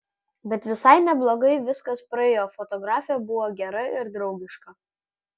bet visai neblogai viskas praėjo fotografė buvo gera ir draugiška